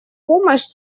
помощь